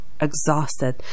exhausted